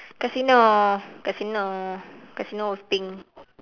casino casino casino with pink